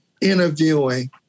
interviewing